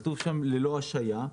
כתוב שם ללא השהיה.